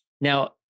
now